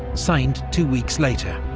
signed two weeks later.